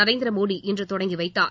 நரேந்திர மோடி இன்று தொடங்கி வைத்தார்